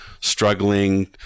struggling